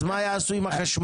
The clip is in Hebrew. אז מה יעשו עם החשמל?